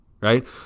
Right